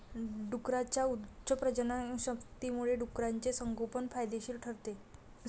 डुकरांच्या उच्च प्रजननक्षमतेमुळे डुकराचे संगोपन फायदेशीर ठरते